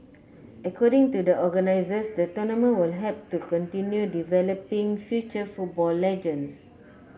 according to the organisers the tournament will help to continue developing future football legends